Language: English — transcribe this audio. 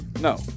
No